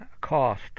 cost